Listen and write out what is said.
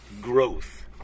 growth